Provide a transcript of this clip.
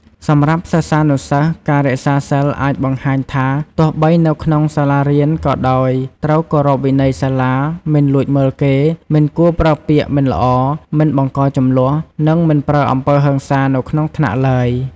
សម្រាប់សិស្សានុសិស្ស ការរក្សាសីលអាចបង្ហាញថាទោះបីនៅក្នុងសាលារៀនក៏ដោយត្រូវគោរពវិន័យសាលា មិនលួចមើលគេ មិនគួរប្រើពាក្យមិនល្អ មិនបង្កជម្លោះ និងមិនប្រើអំពើហិង្សានៅក្នុងថ្នាក់ឡើយ។